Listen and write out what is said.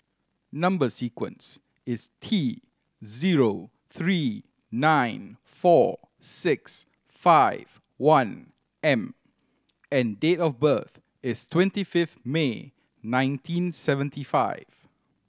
number sequence is T zero three nine four six five one M and date of birth is twenty fifth May nineteen seventy five